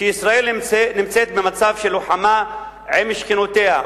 ישראל נמצאת במצב של לוחמה עם שכנותיה,